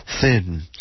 thin